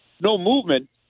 no-movement